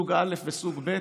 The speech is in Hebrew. סוג א' וסוג ב',